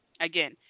again